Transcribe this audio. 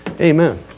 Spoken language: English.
Amen